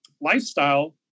lifestyle